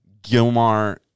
Gilmar